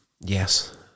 yes